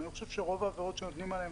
אני חושב שרוב העבירות שנותנים עליהן